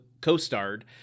co-starred